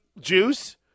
juice